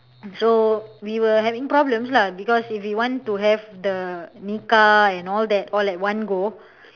so we were having problems lah because if we want to have the nikah and all that all at one go